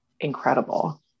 incredible